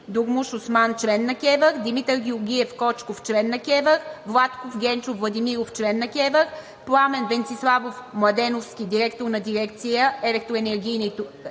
Дурмуш Осман – член на КЕВР, Димитър Георгиев Кочков – член на КЕВР, Владко Генчов Владимиров – член на КЕВР, Пламен Венциславов Младеновски – директор на Дирекция „Електроенергетика